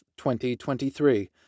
2023